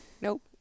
Nope